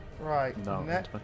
Right